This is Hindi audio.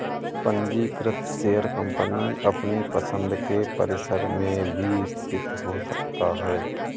पंजीकृत शेयर कंपनी अपनी पसंद के परिसर में भी स्थित हो सकता है